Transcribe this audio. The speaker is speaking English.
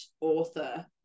author